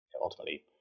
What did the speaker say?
Ultimately